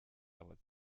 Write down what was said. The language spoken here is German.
aber